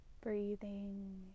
Breathing